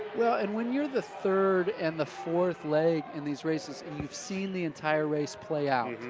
well. and when you're the third and the fourth leg in these races, and you've seen the entire race play out,